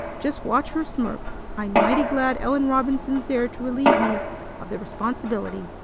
just watch her smirk! i'm mighty glad ellen robinson's there to relieve me of the responsibility.